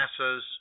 NASA's